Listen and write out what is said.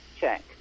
check